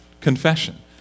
confession